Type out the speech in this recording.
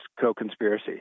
co-conspiracy